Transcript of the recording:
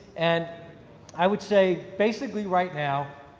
and i would say, basically right now,